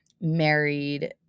married